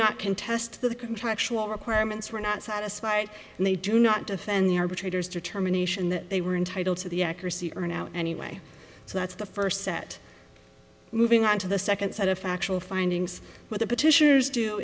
not contest the contractual requirements were not satisfied and they do not defend the arbitrators determination that they were entitled to the accuracy or now anyway so that's the first set moving on to the second set of factual findings with the petitioners do